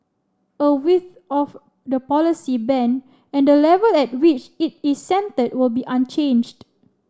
the width of the policy band and the level at which it is centred will be unchanged